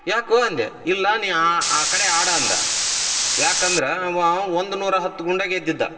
ಯಾಕೋ ಅಂದೆ ಇಲ್ಲ ನೀ ಆ ಆ ಕಡೆ ಆಡು ಅಂದ ಯಾಕಂದ್ರ ಅವ ಒಂದು ನೂರಹತ್ತು ಗುಂಡು ಗೆದ್ದಿದ್ದ